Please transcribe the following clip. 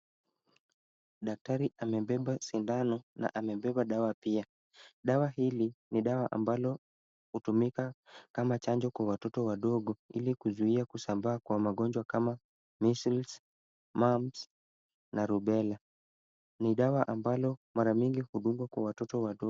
Daktari amebeba sindano na amebeba dawa pia. Dawa hili ni dawa ambalo hutumika kama chanjo kwa watoto wadogo ili kuzuia kusambaa kwa magonjwa kama Measles, Mumps na Rubella. Ni dawa ambalo mara mingi hudungwa kwa watoto wadogo.